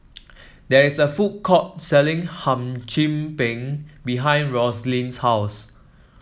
there is a food court selling Hum Chim Peng behind Rosalyn's house